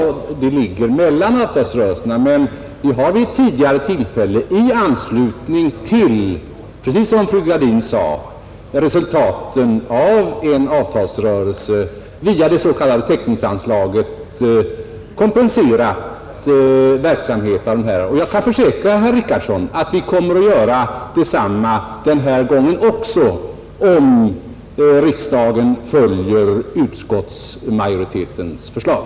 Såsom fru Gradin sade har vi vid ett tidigare tillfälle i anslutning till resultaten av en avtalsrörelse via det s.k. täckningsanslaget kompenserat verksamheten. Jag kan försäkra herr Richardson, att vi kommer att göra detsamma även denna gång, ,om riksdagen följer utskottsmajoritetens förslag.